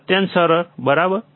અત્યંત સરળ બરાબર